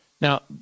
Now